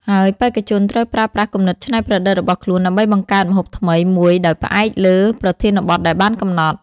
ហើយបេក្ខជនត្រូវប្រើប្រាស់គំនិតច្នៃប្រឌិតរបស់ខ្លួនដើម្បីបង្កើតម្ហូបថ្មីមួយដោយផ្អែកលើប្រធានបទដែលបានកំណត់។